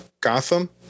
Gotham